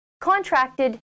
contracted